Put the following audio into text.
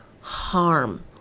harm